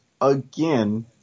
again